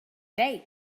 date